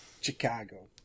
Chicago